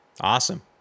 awesome